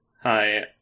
Hi